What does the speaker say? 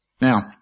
Now